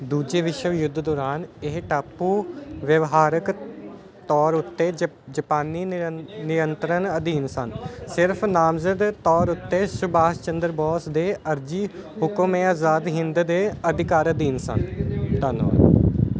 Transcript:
ਦੂਜੇ ਵਿਸ਼ਵ ਯੁੱਧ ਦੌਰਾਨ ਇਹ ਟਾਪੂ ਵਿਵਹਾਰਕ ਤੌਰ ਉੱਤੇ ਜਪ ਜਪਾਨੀ ਨਿਯੰ ਨਿਯੰਤਰਣ ਅਧੀਨ ਸਨ ਸਿਰਫ ਨਾਮਜ਼ਦ ਤੌਰ ਉੱਤੇ ਸੁਭਾਸ਼ ਚੰਦਰ ਬੋਸ ਦੇ ਅਰਜ਼ੀ ਹਕੁਮ ਏ ਆਜ਼ਾਦ ਹਿੰਦ ਦੇ ਅਧਿਕਾਰ ਅਧੀਨ ਸਨ ਧੰਨਵਾਦ